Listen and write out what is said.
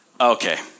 okay